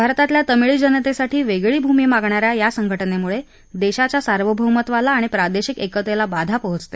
भारतातल्या तमिळी जनतेसाठी वेगळी भूमी मागणा या या संघटनेमुळे देशाच्या सार्वभौमत्वाला आणि प्रादेशिक एकतेला बाधा पोहचते